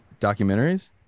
documentaries